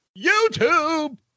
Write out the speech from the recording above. YouTube